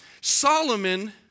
Solomon